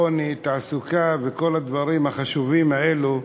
העוני, התעסוקה וכל הדברים החשובים האלה,